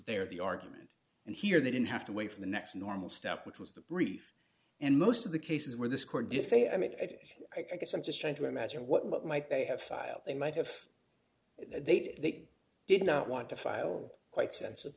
their the argument and here they didn't have to wait for the next normal step which was the brief and most of the cases where this court if they i mean i guess i'm just trying to imagine what might they have filed they might have they did not want to file quite sens